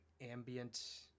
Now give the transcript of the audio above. ambient